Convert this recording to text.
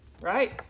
right